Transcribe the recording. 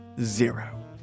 Zero